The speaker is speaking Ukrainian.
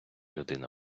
людина